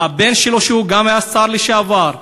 הבן שלו, שגם היה שר לשעבר,